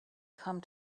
come